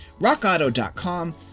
RockAuto.com